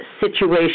situation